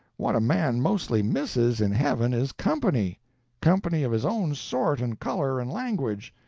what a man mostly misses, in heaven, is company company of his own sort and color and language.